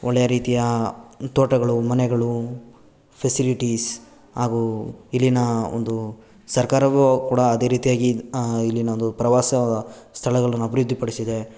ಒಳ್ಳೆಯ ರೀತಿಯ ತೋಟಗಳು ಮನೆಗಳು ಫೆಸಿಲಿಟೀಸ್ ಹಾಗೂ ಇಲ್ಲಿನ ಒಂದು ಸರ್ಕಾರವು ಕೂಡ ಅದೇ ರೀತಿಯಾಗಿ ಇಲ್ಲಿನ ಒಂದು ಪ್ರವಾಸ ಸ್ಥಳಗಳನ್ನು ಅಭಿವೃದ್ಧಿ ಪಡಿಸಿದೆ